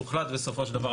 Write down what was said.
הוחלט בסופו של דבר,